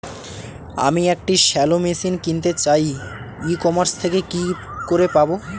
আমি একটি shallow machine কিনতে চাই ই কমার্স থেকে কি করে পাবো?